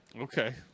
Okay